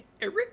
Eric